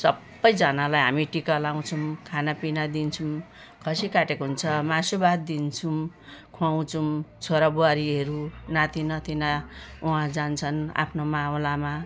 सबैजनालाई हामी टिका लगाउँछौँ खानापिना दिन्छौँ खसी काटेको हुन्छ मासुभात दिन्छौँ खुवाउँछौँ छोराबुहारीहरू नातिनातिना वहाँ जान्छन् आफ्नो मावलमा